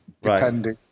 depending